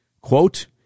quote